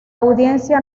audiencia